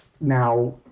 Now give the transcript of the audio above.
Now